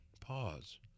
Pause